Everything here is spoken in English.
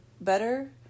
better